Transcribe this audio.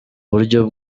buryo